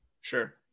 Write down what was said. Sure